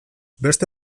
beste